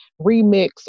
remix